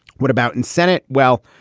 what about in senate? well,